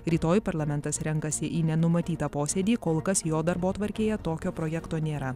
rytoj parlamentas renkasi į nenumatytą posėdį kol kas jo darbotvarkėje tokio projekto nėra